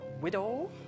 widow